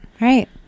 right